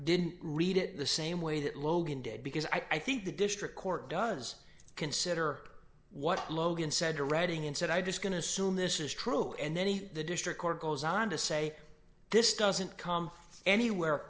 didn't read it in the same way that logan did because i think the district court does consider what logan said to reading instead i just going to assume this is true and then he the district court goes on to say this doesn't come anywhere